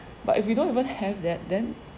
but if you don't even have that then